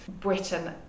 Britain